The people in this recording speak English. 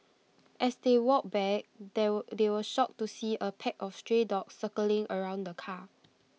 as they walked back they they were shocked to see A pack of stray dogs circling around the car